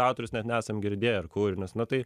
autorius net nesam girdėję ar kūrinius nu tai